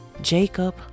Jacob